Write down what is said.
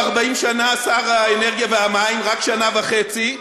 אבל אני לא 40 שנה שר האנרגיה והמים, רק שנה וחצי,